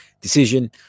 decision